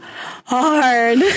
hard